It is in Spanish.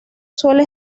suele